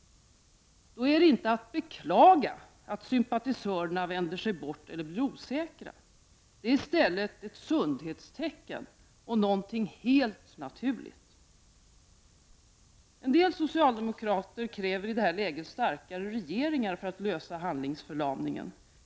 Då är det inte att beklaga att sympatisörerna vänder sig bort eller blir osäkra. Det är i stället ett sundhetstecken och någonting helt naturligt. En del socialdemokrater kräver i detta läge starkare regering för att häva handlingsförlamningen.